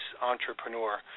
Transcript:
entrepreneur